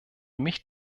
mich